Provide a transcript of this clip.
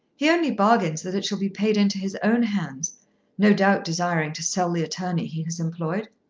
he only bargains that it shall be paid into his own hands no doubt desiring to sell the attorney he has employed.